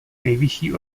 nejvyšší